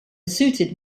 suited